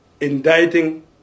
indicting